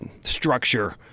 structure